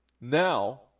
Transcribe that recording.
Now